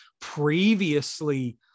previously